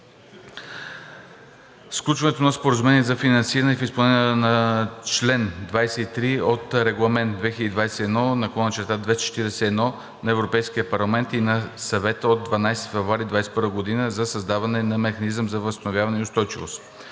Сключването на Споразумение за финансиране е в изпълнение на чл. 23 от Регламент 2021/241 на Европейския парламент и на Съвета от 12 февруари 2021 г. за създаване на Механизъм за възстановяване и устойчивост.